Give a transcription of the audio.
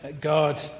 God